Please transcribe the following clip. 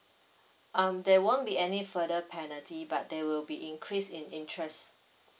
um there won't be any further penalty but there will be increase in interest